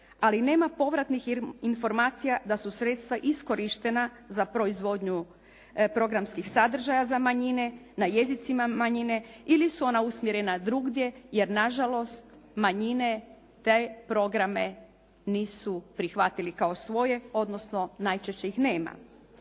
ali nema povratnih informacija da su sredstva iskorištena za proizvodnju programskih sadržaja za manjine na jezicima manjine ili su ona usmjerena drugdje, jer na žalost manjine te programe nisu prihvatili kao svoje, odnosno najčešće ih nema.